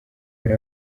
hari